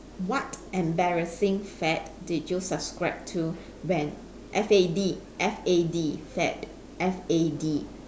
what embarrassing fad did you subscribe to when F A D F A D fad F A D